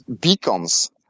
beacons